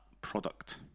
product